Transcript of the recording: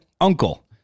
uncle